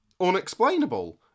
unexplainable